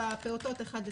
בפעוטות אחד לתשע,